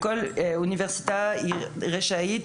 כל אוניברסיטה רשאית